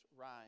Rise